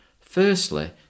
Firstly